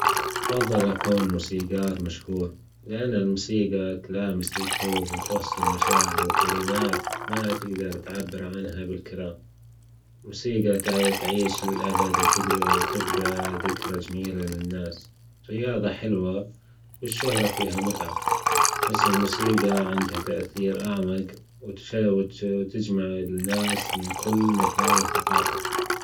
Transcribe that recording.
أفضل أكون مسيجار مشهور، لأن الموسيجي تلامس القلوب وتوصل مشاعر وكلمات ما تجدر تعبر عنها بالكلام، الموسيجي تعيش للأبد وتجدر تبجي ذكري جميلة للناس، الرياضة حلوة والشهرة فيها متعة، بس الموسيجي عندها تأثير أعمج وتحاول تجمع الناس من كل مكان وثقافة.